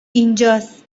اینجاس